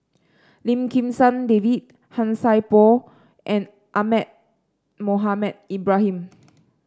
Lim Kim San David Han Sai Por and Ahmad Mohamed Ibrahim